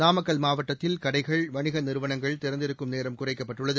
நாமக்கல் மாவட்டத்தில் கடைகள் வணிக நிறுவனங்கள் திறந்திருக்கும் நேரம் குறைக்கப்பட்டுள்ளது